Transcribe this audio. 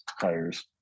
tires